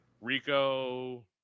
Rico